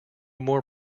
more